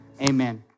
Amen